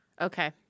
Okay